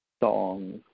Songs